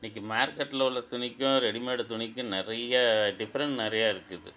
இன்னக்கு மார்கெட்டில உள்ள துணிக்கும் ரெடிமேடு துணிக்கும் நிறையா டிஃப்ரெண்ட் நிறையா இருக்குது